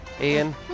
Ian